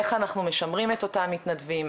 איך אנחנו משמרים את אותם מתנדבים,